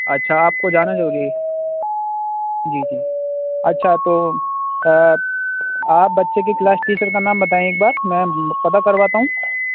اچھا آپ کو جانا ضروری ہے جی جی اچھا تو آپ بچے کی کلاس ٹیچر کا نام بتائیں ایک بار میں پتّہ کرواتا ہوں